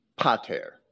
Pater